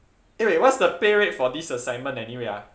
eh wait what's the pay rate for this assignment anyway